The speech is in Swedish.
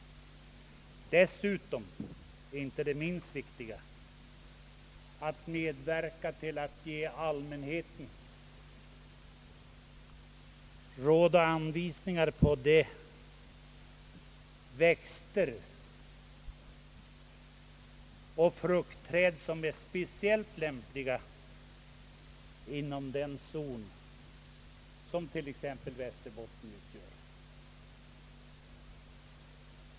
Dessutom, och det är inte det minst viktiga, skall trädgårdskonsulenterna medverka till att ge allmänheten råd och anvisningar på växter och fruktträd som är speciellt lämpliga inom den zon som t.ex. Västerbottens län utgör.